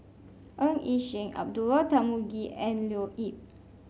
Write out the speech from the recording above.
Ng Yi Sheng Abdullah Tarmugi and Leo Yip